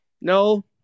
No